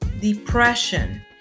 depression